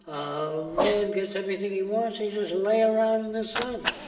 a man gets everything he wants, he's just lay around in the sun.